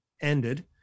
ended